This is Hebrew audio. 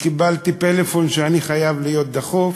וקיבלתי בפלאפון שאני חייב להיות שם דחוף.